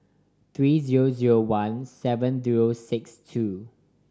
three zero zero one seven zero six two